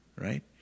right